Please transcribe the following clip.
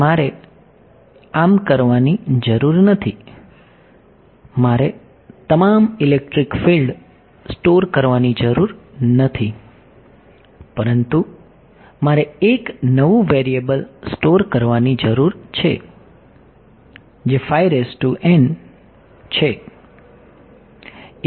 તેથી મારે આમ કરવાની જરૂર નથી મારે તમામ ઇલેક્ટ્રિક ફિલ્ડ સ્ટોર કરવાની જરૂર નથી પરંતુ મારે એક નવું વેરીએબલ સ્ટોર કરવાની જરૂર છે જે છે